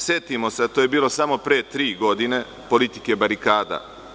Setimo se, to je bilo samo pre tri godine, politike barikada.